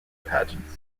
pageants